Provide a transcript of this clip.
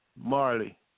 Marley